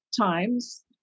times